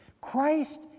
Christ